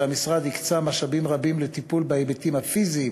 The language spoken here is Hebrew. המשרד הקצה משאבים רבים לטיפול בהיבטים הפיזיים